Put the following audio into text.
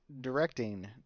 directing